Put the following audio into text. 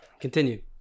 continue